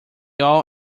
all